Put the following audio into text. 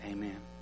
Amen